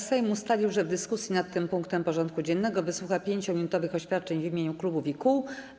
Sejm ustalił, że w dyskusji nad tym punktem porządku dziennego wysłucha 5-minutowych oświadczeń w imieniu klubów i kół.